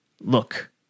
Look